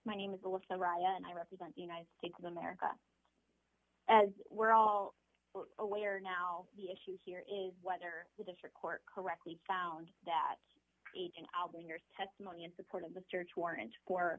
is melissa ryan and i represent the united states of america as we're all aware now the issue here is whether the district court correctly found that agent album in your testimony in support of the search warrant for